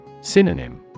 Synonym